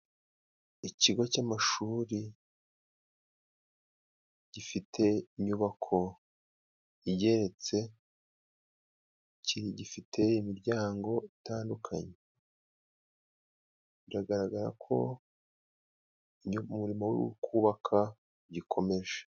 Ikigo cy'amashuri gifite inyubako igeretse，gifite imiryango itandukanye， biragaragara ko umurimo wo kubaka ugikomeje.